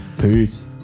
peace